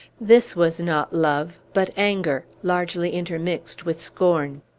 this was not love, but anger, largely intermixed with scorn.